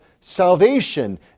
salvation